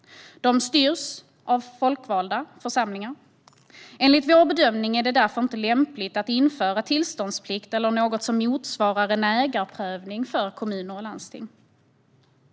De styrs av folkvalda församlingar. Enligt vår bedömning är det därför inte lämpligt att införa tillståndsplikt eller något som motsvarar en ägarprövning för kommuner och landsting.